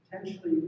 potentially